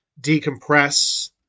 decompress